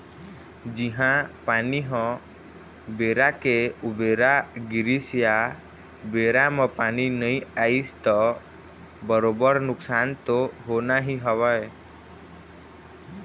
जिहाँ पानी ह बेरा के उबेरा गिरिस या बेरा म पानी नइ आइस त बरोबर नुकसान तो होना ही हवय